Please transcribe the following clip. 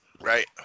Right